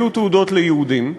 יהיו תעודות ליהודים,